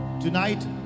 Tonight